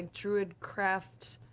druidcraft